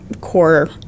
core